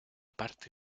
parte